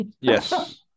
Yes